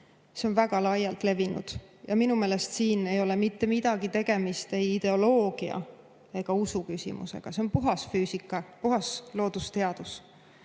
on väga laialt levinud. Minu meelest siin ei ole mitte midagi tegemist ei ideoloogia ega usu küsimusega. See on puhas füüsika, puhas loodusteadus.